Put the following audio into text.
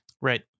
Right